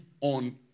on